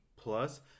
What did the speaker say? plus